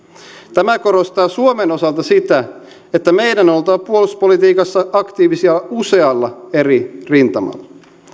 tämä korostaa suomen osalta sitä että meidän on oltava puolustuspolitiikassa aktiivisia usealla eri rintamalla